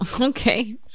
Okay